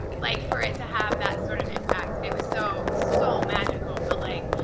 like, for it to have that sort of impact and it was so, so magical. but, like,